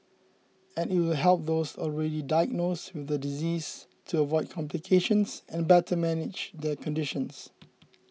and it will help those already diagnosed with the disease to avoid complications and better manage their condition